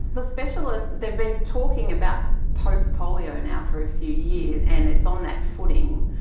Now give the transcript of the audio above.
the specialists, they've been talking about post-polio now for a few years and it's on that footing.